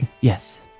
Yes